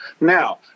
Now